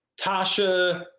Tasha